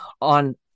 on